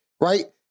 right